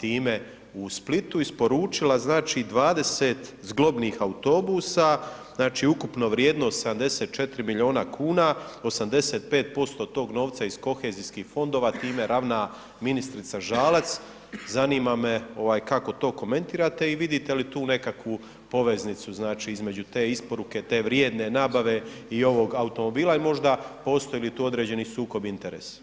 time ovaj u Splitu isporučila znači 20 zglobnih autobusa, znači ukupno vrijednost 74 miliona kuna, 85% od tog novca iz kohezijskih fondova time ravna ministrica Žalac, zanima me ovaj kako to komentirate i vidite li tu nekakvu poveznicu, znači između te isporuke te vrijedne nabave i ovog automobila i možda postoji li tu određeni sukob interesa.